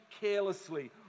carelessly